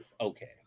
okay